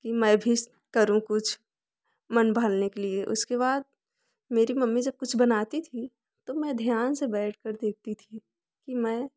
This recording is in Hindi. कि मैं भी करूँ कुछ मन बहलने के लिए उसके बाद मेरी मम्मी जब कुछ बनती थी तो मैं ध्यान से बैठ कर देखती थी कि मैं